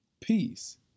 Peace